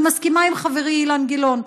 אני מסכימה עם חברי אילן גילאון,